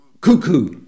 cuckoo